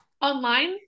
Online